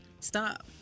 Stop